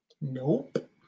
Nope